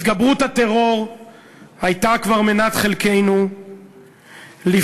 התגברות הטרור הייתה כבר מנת חלקנו לפני